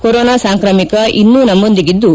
corona ಸಾಂಕ್ರಾಮಿಕ ಇನ್ನೂ ನಮ್ಮೊಂದಿಗಿದ್ದು